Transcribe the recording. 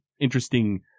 Interesting